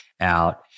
out